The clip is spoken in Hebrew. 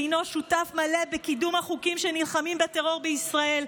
שהינו שותף מלא בקידום החוקים שנלחמים בטרור בישראל.